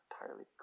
entirely